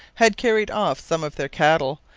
had carried off some of their cattle,